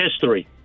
history